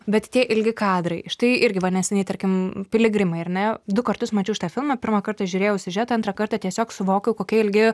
bet tie ilgi kadrai štai irgi va neseniai tarkim piligrimai ar ne du kartus mačiau šitą filmą pirmą kartą žiūrėjau siužetą antrą kartą tiesiog suvokiau kokie ilgi